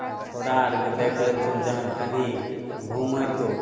आओर छौड़ा ओरके देख लेथुन जहाँ कनी घुमैतो